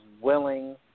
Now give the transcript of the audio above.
willing